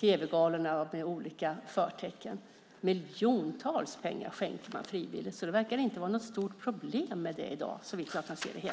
tv-galor med olika förtecken. Miljontals kronor skänker man frivilligt. Det verkar inte vara något stort problem med det i dag, såvitt jag kan se.